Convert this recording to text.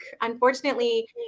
Unfortunately